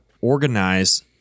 organize